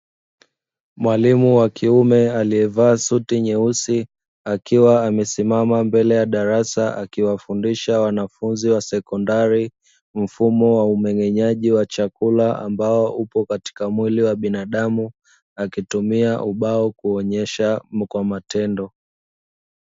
Mwalimu wa kiume aliyevaa suti nyeusi, akiwa amesimama mbele ya darasa akiwafundisha wanafunzi wa sekondari, mfumo wa mmeng'enyaji wa chakula ambao upo katika mwili wa binadamu, akitumia ubao kuonyesha kwa matendo.